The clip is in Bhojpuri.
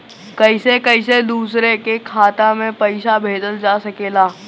कईसे कईसे दूसरे के खाता में पईसा भेजल जा सकेला?